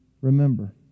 remember